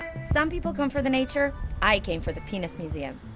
some people come for the nature. i came for the penis museum,